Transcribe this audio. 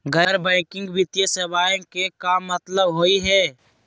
गैर बैंकिंग वित्तीय सेवाएं के का मतलब होई हे?